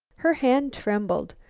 her hand trembled.